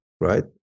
right